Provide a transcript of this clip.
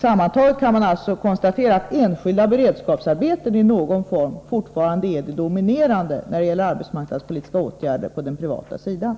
Sammantaget kan man konstatera att enskilda beredskapsarbeten i någon form fortfarande är det dominerande inslaget när det gäller arbetsmarknadspolitiska åtgärder på den privata sidan.